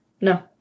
No